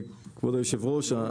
כבוד היושב-ראש,